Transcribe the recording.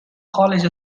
college